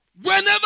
Whenever